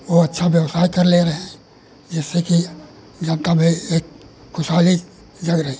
वह अच्छा व्यवसाय कर ले रहे हैं जिससे कि जनता में एक ख़ुशहाली लग रही है